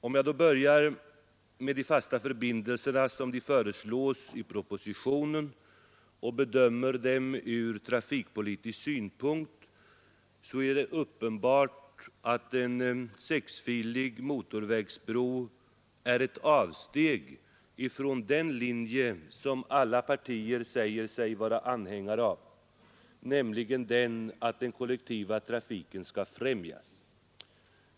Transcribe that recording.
Om jag då börjar med de fasta förbindelserna som de föreslås i propositionen och bedömer dem ur trafikpolitisk synpunkt, så är det uppenbart, att en sexfilig motorvägsbro är ett avsteg från den linje som alla partier säger sig vara anhängare av, nämligen att den kollektiva trafiken skall främjas.